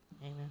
Amen